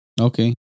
Okay